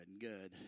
good